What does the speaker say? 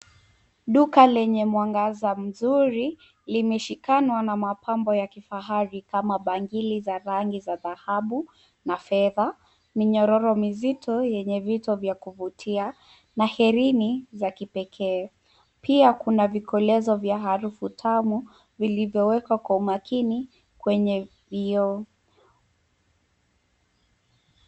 Duka lenye mwangaza mzuri limeshikana na mapambo ya kifahari kama bangili za rangi ya dhahabu na fedha, minyororo mizito yenye vito vya kuvutia na hereni za kipekee. Pia kuna vikolezo vya harufu tamu vilivyowekwa kwa umakini kwenye vioo.